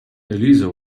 eliza